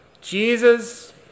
Jesus